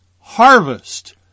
harvest